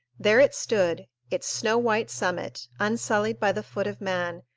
there it stood, its snow-white summit, unsullied by the foot of man,